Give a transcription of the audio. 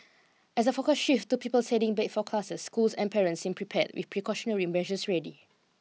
as the focus shifts to pupils heading back for classes schools and parents seem prepared with precautionary measures ready